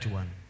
one